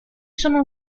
sono